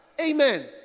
Amen